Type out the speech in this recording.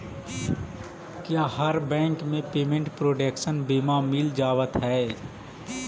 क्या हर बैंक में पेमेंट प्रोटेक्शन बीमा मिल जावत हई